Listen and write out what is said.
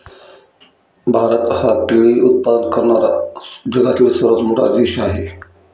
भारत हा केळी उत्पादन करणारा जगातील सर्वात मोठा देश आहे